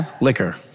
liquor